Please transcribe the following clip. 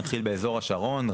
מתחיל באזור השרון,